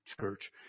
church